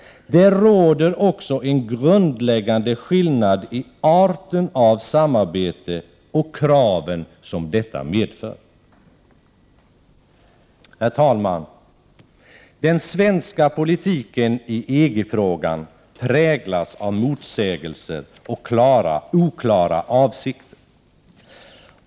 Det råder också en grundläggande skillnad i arten av samarbete och kraven som detta medför. Herr talman! Den svenska politiken i EG-frågan präglas av motsägelser och oklara avsikter.